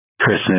Christmas